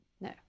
no